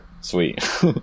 sweet